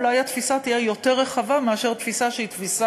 אולי התפיסה תהיה יותר רחבה מאשר תפיסה שהיא תפיסה